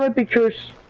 like because